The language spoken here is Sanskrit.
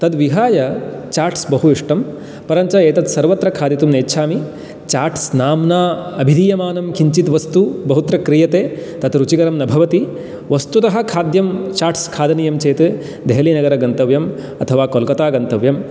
तद् विहाय चाट्स् बहु इष्टं परञ्च एतत् सर्वत्र खादितुं नेच्छामि चाट्स् नाम्ना अभिधीयमानं किञ्चित् वस्तु बहुत्र क्रियते तत् रुचिकरं न भवति वस्तुतः खाद्यं चाट्स् खादनीयं चेत् देहलीनगरं गन्तव्यम् अथवा कोलकता गन्तव्यं